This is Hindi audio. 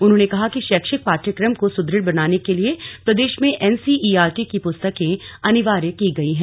उन्होंने कहा कि शैक्षिक पाठ्यक्रम को सुदृढ़ बनाने के लिए प्रदेश में एन सीईआरटी की पुस्तकें अनिवार्य की गई हैं